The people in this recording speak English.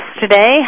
today